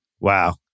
Wow